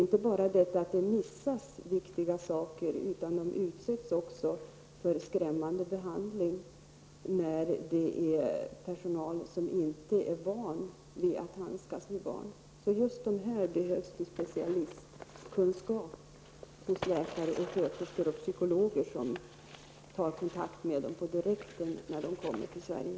Viktiga diagnoser missas, men barnen utsätts alltså dessutom för en skrämmande behandling i och med att de tas om hand av personal som inte är van att handskas med barn. Det är alltså nödvändigt att personal med specialistkunskaper -- läkare, sköterskor och psykologer -- tar kontakt med dessa barn direkt när de kommer till Sverige.